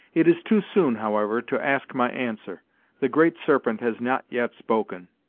it is too soon, however, to ask my answer the great serpent has not yet spoken.